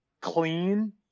clean